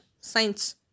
science